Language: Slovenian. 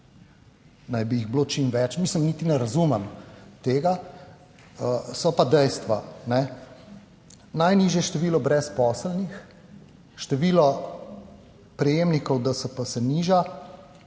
naj bi jih bilo čim več. Mislim, niti ne razumem tega, so pa dejstva. Najnižje število brezposelnih, število prejemnikov DSP se niža.